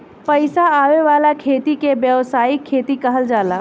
पईसा आवे वाला खेती के व्यावसायिक खेती कहल जाला